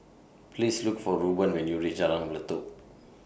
Please Look For Rueben when YOU REACH Jalan Pelatok